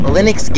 Linux